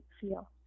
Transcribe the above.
feel